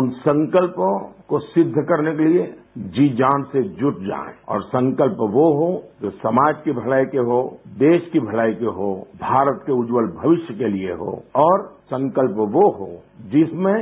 उन संकल्पों को सिद्ध करने के लिए जी जान से जुट जाएँ और संकल्प वो हो जो समाज की भलाई के हो देश की भलाई के हो भारत के उज्जवल भविष्य के लिए हो और संकल्प वो हो जिसमें